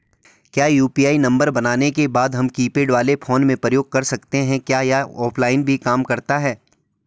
क्या UPI number बनाने के बाद हम कीपैड वाले फोन में प्रयोग कर सकते हैं क्या यह ऑफ़लाइन भी काम करता है?